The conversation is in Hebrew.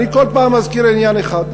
אני כל פעם מזכיר עניין אחד,